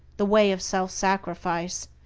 the way of self-sacrifice,